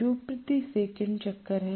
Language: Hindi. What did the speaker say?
जो प्रति सेकंड चक्कर है